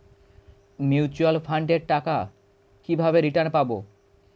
Mutual ফান্ডের টাকা কিভাবে রিটার্ন পাব?